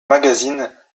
magazine